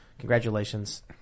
Congratulations